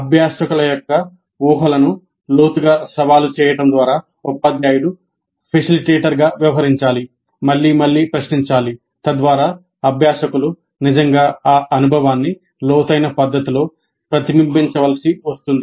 అభ్యాసకుల యొక్క ఊహలను లోతుగా సవాలు చేయడం ద్వారా ఉపాధ్యాయుడు ఫెసిలిటేటర్గా వ్యవహరించాలి మళ్లీ మళ్లీ ప్రశ్నించాలి తద్వారా అభ్యాసకులు నిజంగా ఆ అనుభవాన్ని లోతైన పద్ధతిలో ప్రతిబింబించవలసి వస్తుంది